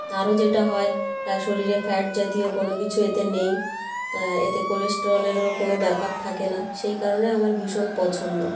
আরও যেটা হয় শরীরে ফ্যাট জাতীয় কোনো কিছু এতে নেই এতে কোলেস্টেরলেরও কোনো ব্যাপার থাকে না সেই কারণে আমার ভীষণ পছন্দ